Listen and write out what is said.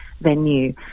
venue